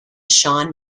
shawn